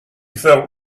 felt